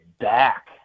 back